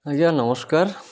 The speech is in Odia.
ଆଜ୍ଞା ନମସ୍କାର